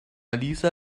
lisa